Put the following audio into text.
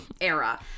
era